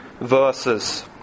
verses